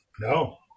No